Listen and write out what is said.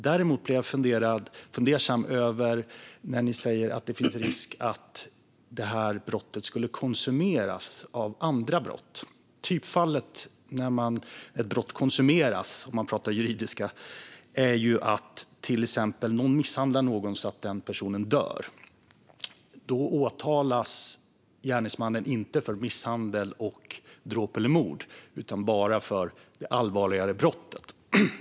Däremot blir jag fundersam när ni säger att det finns risk att detta brott skulle konsumeras av andra brott. Typfallet när ett brott konsumeras, om man pratar juridiska, är att någon misshandlar någon annan så att den personen dör. Då åtalas gärningsmannen inte både för misshandel och dråp eller mord utan bara för det allvarligare brottet.